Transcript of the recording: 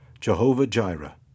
Jehovah-Jireh